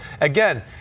Again